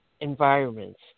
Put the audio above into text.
environments